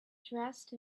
dressed